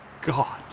God